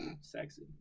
Sexy